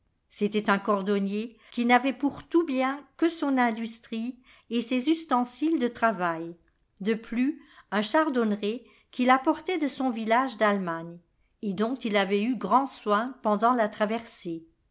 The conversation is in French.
c'était un cordonnier qui n'avait pour tout bien que son industrie et ses ustensiles de travail de plus un chardonneret qu'il apportait de son village d'allemagne et dont il avait eu grand soin pendant la traversée